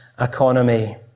economy